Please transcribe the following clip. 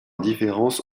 différence